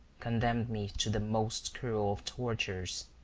condemned me to the most cruel of tortures.